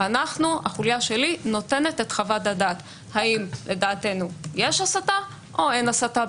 החוליה שלי נותנת את חוות הדעת האם לדעתנו יש הסתה או אין הסתה,